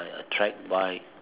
a a trek bike